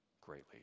greatly